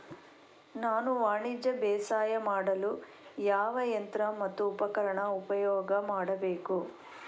ನಾನು ವಾಣಿಜ್ಯ ಬೇಸಾಯ ಮಾಡಲು ಯಾವ ಯಂತ್ರ ಮತ್ತು ಉಪಕರಣ ಉಪಯೋಗ ಮಾಡಬೇಕು?